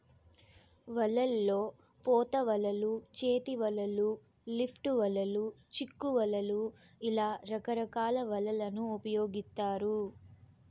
వలల్లో పోత వలలు, చేతి వలలు, లిఫ్ట్ వలలు, చిక్కు వలలు ఇలా రకరకాల వలలను ఉపయోగిత్తారు